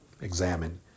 examine